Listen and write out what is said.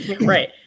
right